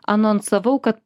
anonsavau kad